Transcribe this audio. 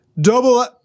Double